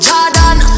Jordan